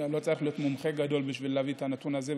לא צריך להיות מומחה גדול בשביל להביא את הנתון הזה,